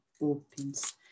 Opens